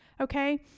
okay